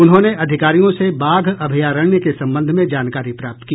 उन्होंने अधिकारियों से बाघ अभ्यारणय के संबंध में जानकारी प्राप्त की